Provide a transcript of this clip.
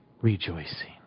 rejoicing